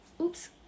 oops